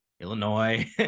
Illinois